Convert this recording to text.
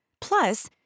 Plus